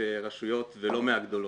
רשויות ולא מהגדולות.